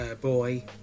boy